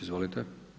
Izvolite.